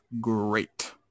great